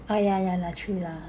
ah yeah yeah lah true lah